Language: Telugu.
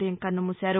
దయం కన్నుమూశారు